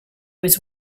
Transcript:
was